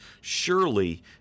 surely